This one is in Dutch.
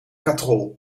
katrol